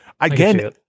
again